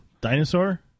Dinosaur